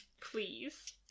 Please